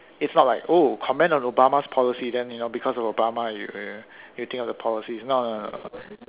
it's not like oh comment on Obama's policy then you know because of Obama you uh you think of the policies no no no